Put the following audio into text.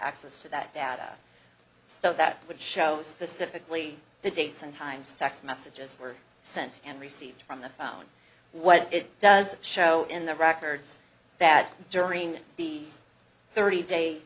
access to that data so that would show specifically the dates and times text messages were sent and received from the phone what it does show in the records that during the thirty day